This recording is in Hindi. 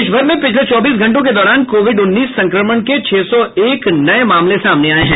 देशभर में पिछले चौबीस घंटों के दौरान कोविड उन्नीस संक्रमण के छह सौ एक नये सामले सामने आये हैं